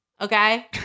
okay